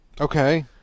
Okay